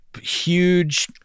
Huge